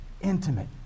intimate